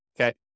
okay